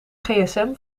gsm